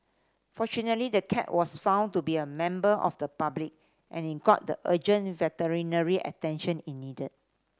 fortunately the cat was found to be a member of the public and it got the urgent veterinary attention it needed